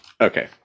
Okay